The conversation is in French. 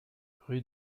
rue